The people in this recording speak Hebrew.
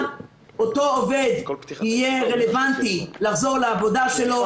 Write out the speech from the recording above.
אותו עובד יהיה רלוונטי לחזור לעבודה שלו,